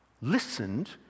listened